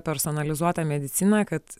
personalizuota medicina kad